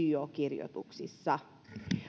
yo kirjoituksissa